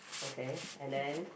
okay and then